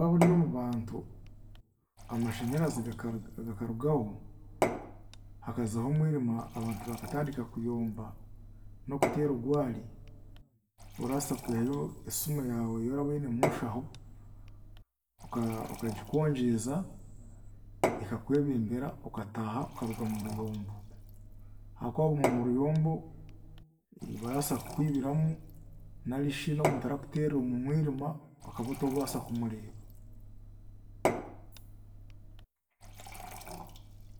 Waaba oryomubantu amashanyarazi gakar gakarugaho, hakazaho omwirima abantu bakatandika kuyomba n'okuteera ogwari, orabaasa kwihayo esimu yaawe yoraba oine omunshaho, oka- okakagikongyeza, ekakwebembera okataaha okaruga muruyombo. Ahakuba waaguma muruyombo barabaasa kukwibiramu narishi n'omuntu arakuteerera omu mwirima okaba otoobaasa kumureeba.